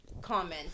Comment